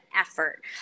effort